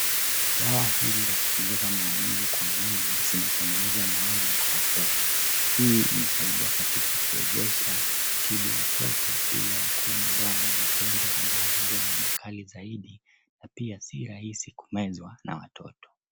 Dawa hizi za kupunguza maumivu kwa mwili zimetengenezwa maalum kwa watoto. Hii imesaidia katika kuwezesha kutibu watoto bila kuwa na dawa za tembe ambazo huwa na makali zaidi na pia si rahisi kumezwa na watoto.